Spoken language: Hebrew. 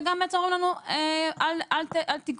וגם אומרים לנו: אל תגעו.